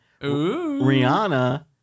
Rihanna